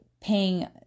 paying